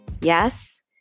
Yes